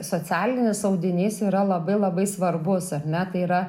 socialinis audinys yra labai labai svarbus ar ne tai yra